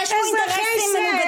הרי אתם רוצים סיפוח,